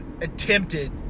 attempted